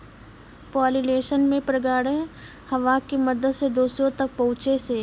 pollination मे परागकण हवा के मदत से दोसरो तक पहुचै छै